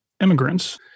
immigrants